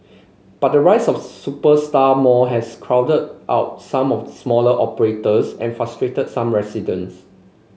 but the rise of superstar mall has crowded out some of smaller operators and frustrated some residents